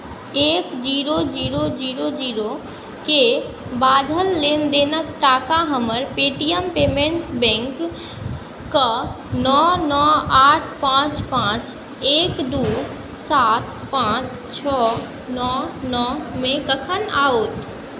एक zero zero zero जीरोके बाझल लेनदेनके टाका हमर पे टी एम पेमेण्ट्स बैंकके नओ नओ आठ पाँच पाँच एक दू सात पाँच छओ नओ नओमे कखन आओत